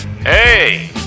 Hey